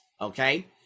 okay